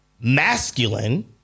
masculine